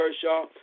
Kershaw